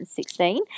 2016